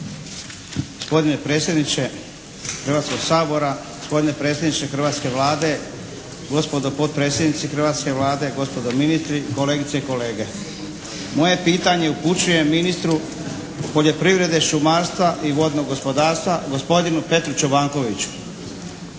Gospodine predsjedniče Hrvatskoga sabora, gospodine predsjedniče hrvatske Vlade, gospodo potpredsjednici hrvatske Vlade, gospodo ministri, kolegice i kolege. Moje pitanje upućujem ministru poljoprivrede, šumarstva i vodnog gospodarstva gospodinu Petru Čobankoviću.